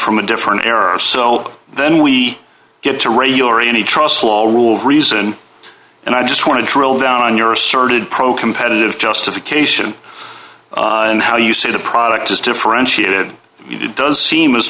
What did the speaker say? from a different era so then we get to radio or any truslow rule reason and i just want to drill down on your asserted pro competitive justification and how you say the product is differentiated it does seem as